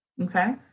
Okay